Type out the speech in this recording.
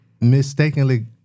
mistakenly